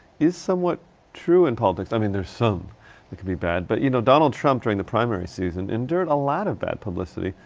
is somewhat true in politics. i mean there's some that can be bad. but you know, donald trump during the primaries season endured a lot of bad publicity.